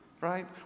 right